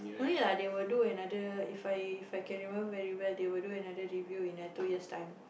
don't need lah they will do another If I If I can remember very well they will do another review in another two years time